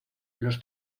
los